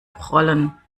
prollen